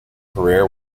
career